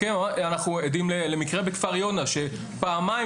אנחנו עדים למקרה בכפר יונה שפעמיים